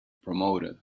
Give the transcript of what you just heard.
promoted